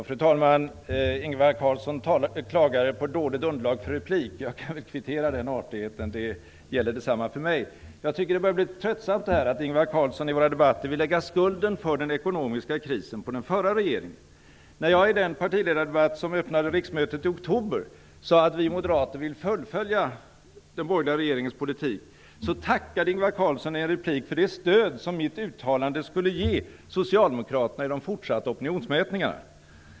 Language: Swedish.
Fru talman! Ingvar Carlsson klagade över ett dåligt underlag för replik. Jag kan kvittera den artigheten. Detsamma gäller nämligen för mig. Jag tycker att det börjar bli tröttsamt att Ingvar Carlsson i våra debatter vill lägga skulden för den ekonomiska krisen på den förra regeringen. När jag i den partiledardebatt som i oktober öppnade riksmötet sade att vi moderater vill fullfölja den borgerliga regeringens politik tackade Ingvar Carlsson i en replik för det stöd som mitt uttalande skulle ge Socialdemokraterna i de fortsatta opinionsmätningarna.